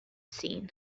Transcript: seen